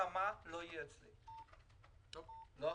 החרמה לא תהיה אצלי, חד-משמעית.